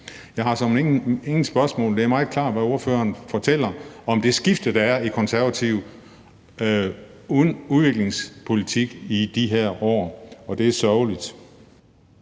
Jeg har såmænd ingen spørgsmål. Det er meget klart, hvad ordføreren fortæller om det skifte, der er i Konservatives udviklingspolitik i de her år, og det er sørgeligt.